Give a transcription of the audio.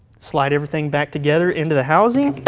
slide everything back together into the housing,